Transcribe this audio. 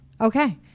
Okay